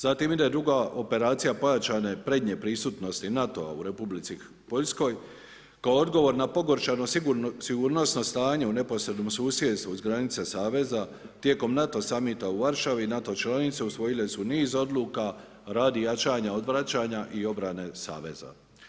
Zatim ide druga operacija pojačane prednje prisutnosti NATO-a u Republici Poljskoj kao odgovor na pogoršano sigurnosno stanje u neposrednom susjedstvu uz granice saveza tijekom NATO samita u Varšavi NATO članice usvojile su niz odluka radi jačanja odvraćanja i obrane saveza.